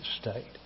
state